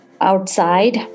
outside